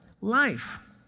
life